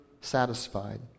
satisfied